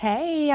Hey